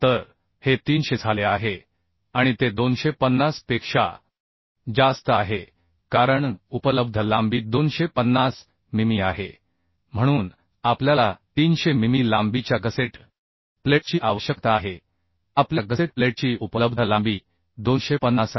तर हे 300 झाले आहे आणि ते 250 पेक्षा जास्त आहे कारण उपलब्ध लांबी 250 मिमी आहे म्हणून आपल्याला 300 मिमी लांबीच्या गसेट प्लेटची आवश्यकता आहे आपल्या गसेट प्लेटची उपलब्ध लांबी 250 आहे